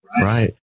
Right